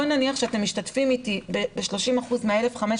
נניח שאתם משתתפים איתי ב-30% מה-1,500